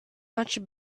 much